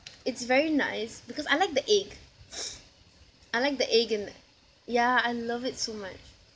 it's very nice because I like the egg I like the egg in ya I love it so much